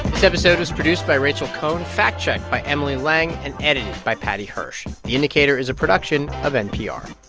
this episode was produced by rachel cohn, fact-checked by emily lang and edited by paddy hirsch. the indicator is a production of npr